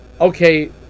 Okay